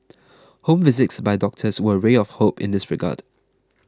home visits by doctors were a ray of hope in this regard